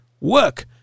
work